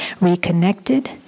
reconnected